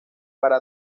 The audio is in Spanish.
para